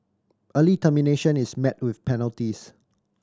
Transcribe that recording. early termination is met with penalties